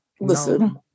Listen